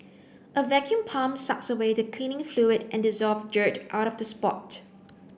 a vacuum pump sucks away the cleaning fluid and dissolved dirt out of the spot